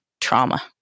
trauma